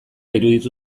iruditu